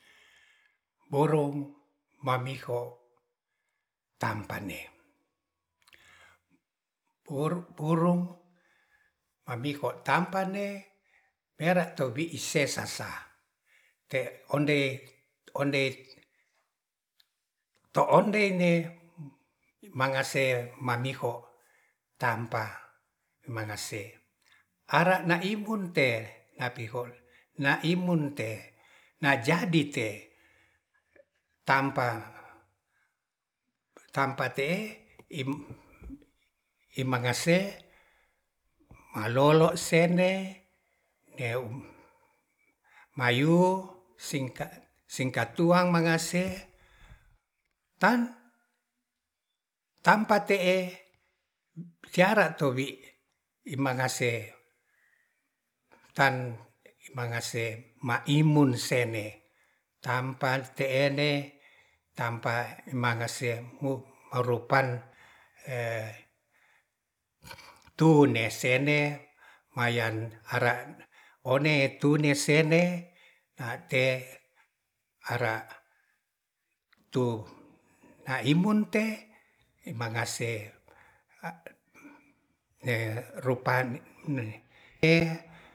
Burung mamiho tampane woru burung mamiho tampa ne pera to bi isesasa te ondei, ondei to ondei ne mangase mamiho tampa mangase ara na imunte napiho naimun te najadi te tampatampa te'e imangase malolo sene ewu mayu singa-singkat tuang mangase tan tampa te'e cara towi imangase tan mangase ma imun sene tampa te'ene tampa mangase mu maropan to ne sene mayan ara one tune sene nate ara tu naimun te mangase